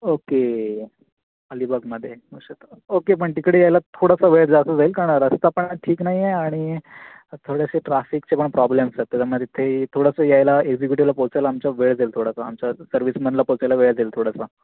okay अलिबागमध्ये okay पण तिकडे यायला थोडासा वेळ जास्त जाईल कारण रस्ता पण ठीक नाही आहे आणि थोडेसे ट्रॅफिकचे पण प्रॉब्लेम्स आहेत त्याच्यामध्ये तिथे थोडासा यायला एक्सकिटीव्हला पोचायला आमच्या वेळ जाईल थोडासा आमचा सर्विसमॅनला पोचायला वेळ जाईल थोडासा